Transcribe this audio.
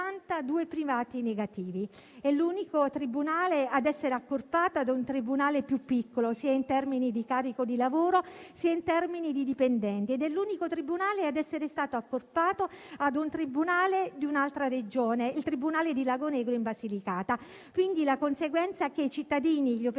due primati negativi: è l'unico tribunale ad essere stato accorpato ad un tribunale più piccolo sia in termini di carico di lavoro, sia in termini di dipendenti; ed è l'unico tribunale ad essere stato accorpato a quello di un'altra Regione (di Lagonegro, in Basilicata). La conseguenza è che i cittadini e gli operatori